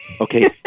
Okay